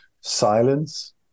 silence